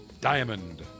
diamond